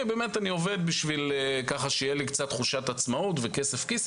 אני עובד בשביל שתהיה לי תחושת עצמאות וכסף כיס.